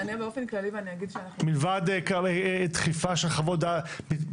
מלבד דחיפה של חוות דעת,